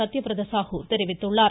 சத்யபிரதா சாகு தெரிவித்துள்ளார்